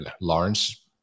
Lawrence